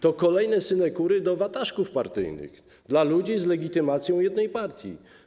To kolejne synekury dla watażków partyjnych, dla ludzi z legitymacją jednej partii.